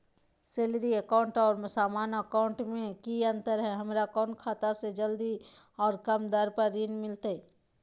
Salary account और सामान्य account मे की अंतर है हमरा कौन खाता से जल्दी और कम दर पर ऋण मिलतय?